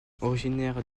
originaire